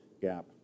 gap